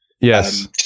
Yes